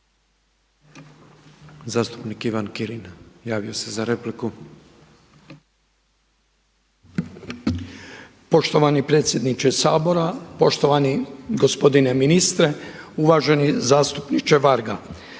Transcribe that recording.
Zastupnik Ivan Kirin javio se za repliku.